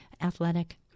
athletic